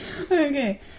Okay